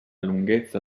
lunghezza